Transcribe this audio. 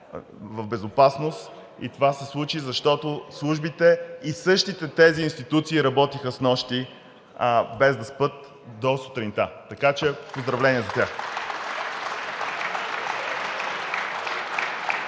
в безопасност и това се случи, защото службите и същите тези институции работиха снощи, без да спят до сутринта. Поздравления за тях!